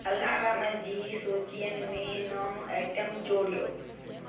alarm जी सूचीअ में नओं आइटम जोड़ियो